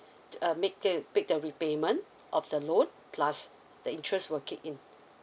uh make the paid the repayment of the loan plus the interest will kick in